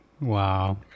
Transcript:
Wow